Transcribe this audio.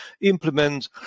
implement